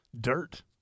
dirt